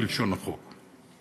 כלשון החוק,